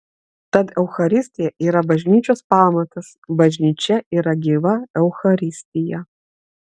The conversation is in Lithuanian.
tad eucharistija yra bažnyčios pamatas bažnyčia yra gyva eucharistija